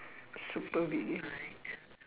supervillain